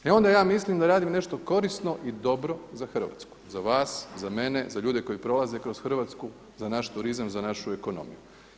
E onda ja mislim da radim nešto korisno i dobro za Hrvatsku, za vas, za mene, za ljude koji prolaze kroz Hrvatsku, za naš turizam, za našu ekonomiju.